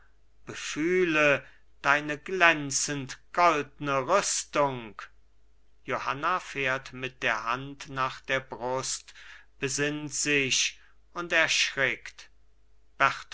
befühle deine glänzend goldne rüstung johanna fährt mit der hand nach der brust besinnt sich und erschrickt